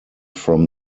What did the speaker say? from